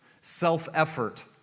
self-effort